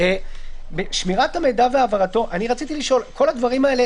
זאת אומרת,